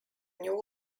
new